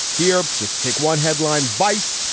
here, just take one headline, vice.